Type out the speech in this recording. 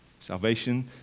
Salvation